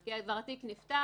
כי התיק כבר נפתח,